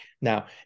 Now